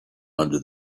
under